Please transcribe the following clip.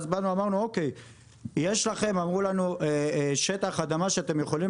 אמרו לנו: יש לכם שטח אדמה שאתם יכולים